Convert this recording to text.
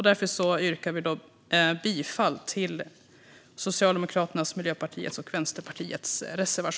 Därför yrkar vi bifall till reservationen från Socialdemokraterna, Miljöpartiet och Vänsterpartiet.